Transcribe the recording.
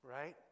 right